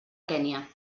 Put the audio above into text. kenya